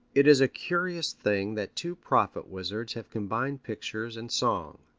it is a curious thing that two prophet-wizards have combined pictures and song.